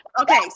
Okay